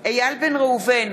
איל בן ראובן,